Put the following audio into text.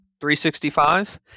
365